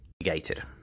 negated